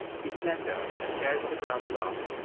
he's slender and stares at the ground a lot,